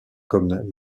comme